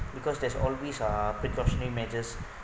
because there's always uh precautionary measures